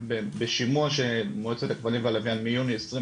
בשימוע שמועצת הכבלים והלווין מיוני 2020,